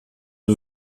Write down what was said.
der